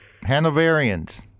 Hanoverians